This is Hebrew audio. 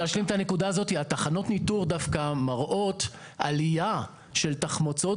תחנות הניטור דווקא מראות על עלייה של תחמוצות